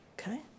okay